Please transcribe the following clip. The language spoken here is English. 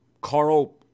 Carl